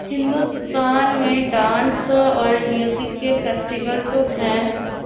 ہندوستان میں ڈانس اور میوزک کے فیسٹیول تو ہیں